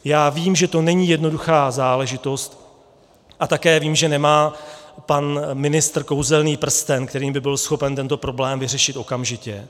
Já vím, že to není jednoduchá záležitost, a také vím, že nemá pan ministr kouzelný prsten, kterým by byl schopen tento problém vyřešit okamžitě.